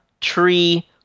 tree